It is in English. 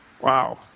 Wow